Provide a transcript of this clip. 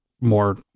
more